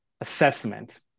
assessment